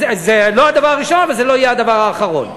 זה לא הדבר הראשון, אבל זה לא יהיה הדבר האחרון.